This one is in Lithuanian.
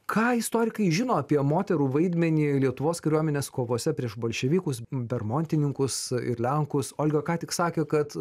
ką istorikai žino apie moterų vaidmenį lietuvos kariuomenės kovose prieš bolševikus bermontininkus ir lenkus olga ką tik sakė kad